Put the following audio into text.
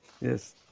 yes